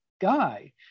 guy